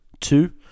Two